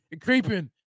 creeping